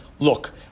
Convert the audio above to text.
Look